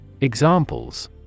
Examples